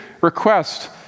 request